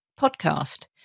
podcast